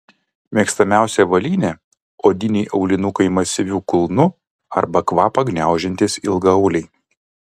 mėgstamiausia avalynė odiniai aulinukai masyviu kulnu arba kvapą gniaužiantys ilgaauliai